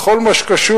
בכל מה שקשור